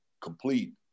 complete